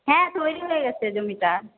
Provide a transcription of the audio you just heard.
হ্যাঁ তৈরি হয়ে গেছে জমিটা